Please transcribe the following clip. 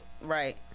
right